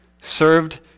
served